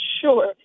Sure